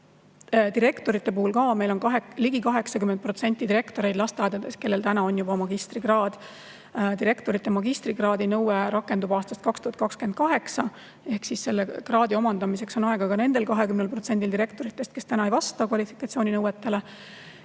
Direktorite puhul ka – meil on ligi 80% lasteaiadirektoreid, kellel on juba magistrikraad. Direktorite magistrikraadi nõue rakendub aastast 2028 ehk selle kraadi omandamiseks on aega ka nendel 20% direktoritest, kes veel ei vasta kvalifikatsiooninõuetele.